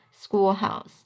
schoolhouse